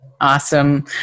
Awesome